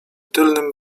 tylnym